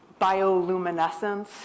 bioluminescence